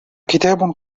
كتاب